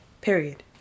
Period